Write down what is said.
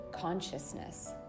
consciousness